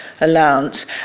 allowance